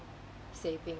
savings